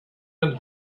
been